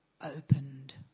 opened